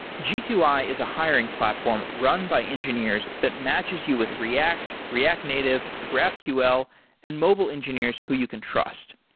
g two i is a hiring platform run by engineers that matches you with react, react native, graphql and mobile engineers who you can trust.